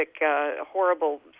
horrible